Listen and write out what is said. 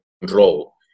control